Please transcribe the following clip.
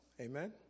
Amen